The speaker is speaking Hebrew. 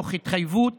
תוך התחייבות